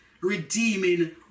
redeeming